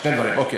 שני דברים, אוקיי.